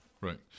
right